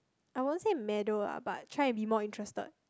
I won't say meddle lah but try and be more interested